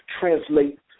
translate